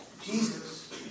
Jesus